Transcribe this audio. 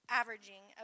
averaging